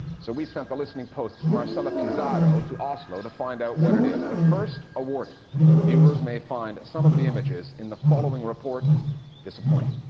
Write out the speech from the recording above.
so we sent the listening post's marcela pizarro to oslo to find out what it is, but first a warning viewers may find some of the images in the following report disappointing.